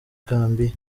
gambia